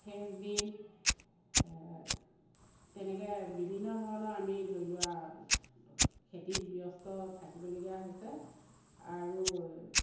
French bean তেনেকে বিভিন্ন ধৰণৰ আমি ধৰি লোৱা খেতিত ব্যস্ত থাকিব লগীয়া হৈছে আৰু